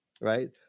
right